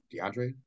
DeAndre